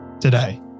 today